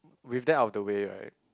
with that out of the way right